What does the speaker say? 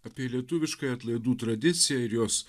apie lietuviškąją atlaidų tradiciją ir jos